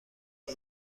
سرت